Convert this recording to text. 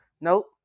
nope